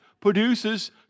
produces